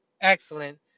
Excellent